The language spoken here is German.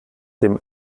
dem